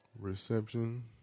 Reception